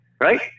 right